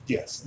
Yes